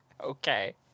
Okay